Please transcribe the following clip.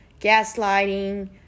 gaslighting